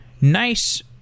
nice